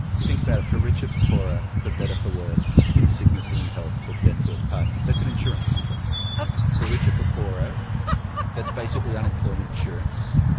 think about it. for richer, for poorer, for better, for worse, in sickness and in health, till death do us part that's an insurance contract ah for richer, for poorer that's basically unemployment insurance.